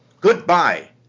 Goodbye